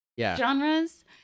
genres